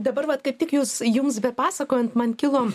dabar vat kaip tik jūs jums bet pasakojant man kilo